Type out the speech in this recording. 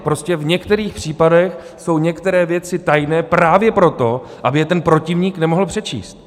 Prostě v některých případech jsou některé věci tajné právě proto, aby je ten protivník nemohl přečíst.